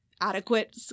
adequate